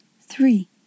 three